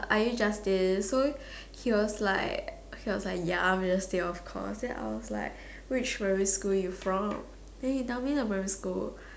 are you Justin so he was like he was like ya I'm Justin of course then I was like which primary school you from then he tell me the primary school